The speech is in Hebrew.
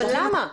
אבל למה?